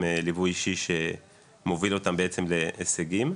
ליווי אישי שמוביל אותם בעצם להישגים.